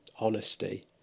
honesty